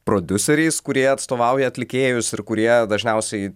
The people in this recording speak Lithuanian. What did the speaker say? prodiuseriais kurie atstovauja atlikėjus ir kurie dažniausiai